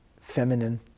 feminine